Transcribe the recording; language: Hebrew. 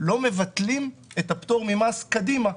לא מבטלים את הפטור ממס קדימה.